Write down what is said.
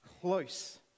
close